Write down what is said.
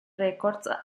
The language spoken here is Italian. records